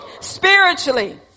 spiritually